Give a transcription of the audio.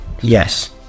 Yes